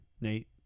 Nate